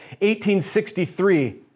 1863